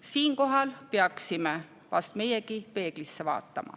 Siinkohal peaksime vast meiegi peeglisse vaatama.